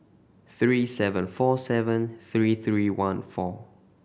three seven four seven three three one four